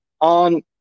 on